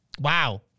Wow